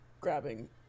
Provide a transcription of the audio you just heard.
grabbing